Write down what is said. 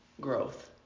growth